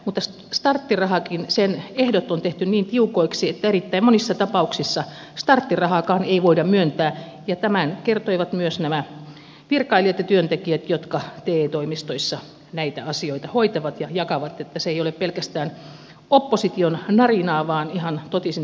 sinänsä hyvä mutta starttirahankin ehdot on tehty niin tiukoiksi että erittäin monissa tapauksissa starttirahaakaan ei voida myöntää ja tämän kertoivat myös nämä virkailijat ja työntekijät jotka te toimistoissa näitä asioita hoitavat ja jakavat niin että se ei ole pelkästään opposition narinaa vaan ihan totisin